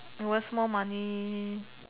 waste more money